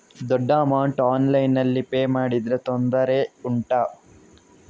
ದೊಡ್ಡ ಅಮೌಂಟ್ ಆನ್ಲೈನ್ನಲ್ಲಿ ಪೇ ಮಾಡಿದ್ರೆ ತೊಂದರೆ ಉಂಟಾ?